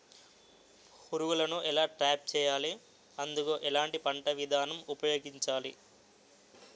పురుగులను ఎలా ట్రాప్ చేయాలి? అందుకు ఎలాంటి పంట విధానం ఉపయోగించాలీ?